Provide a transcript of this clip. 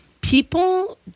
people